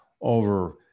over